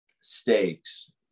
stakes